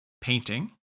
painting